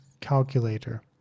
calculator